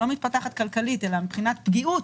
לא מתפתחת כלכלית אלא מבחינת פגיעות